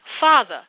Father